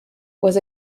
was